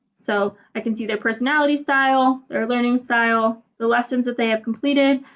so i can see their personality style, their learning style, the lessons that they have completed